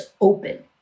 open